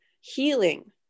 healing